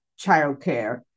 childcare